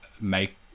make